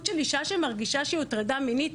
של אישה שהיא מרגישה שהיא הוטרדה מינית,